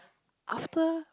after